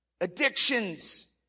addictions